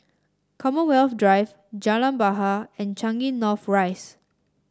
Commonwealth Drive Jalan Bahar and Changi North Rise